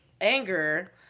anger